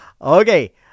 Okay